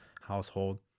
household